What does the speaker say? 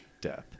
death